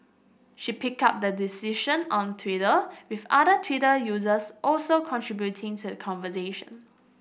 she picked up the discussion on Twitter with other Twitter users also contributing to a conversation